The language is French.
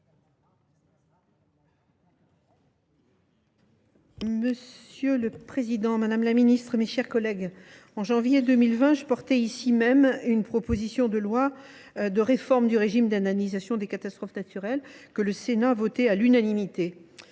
Monsieur le président, madame la ministre, mes chers collègues, en janvier 2020, je présentais ici même une proposition de loi visant à réformer le régime des catastrophes naturelles, que le Sénat votait à l’unanimité.